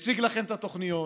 מציג לכם את התוכניות,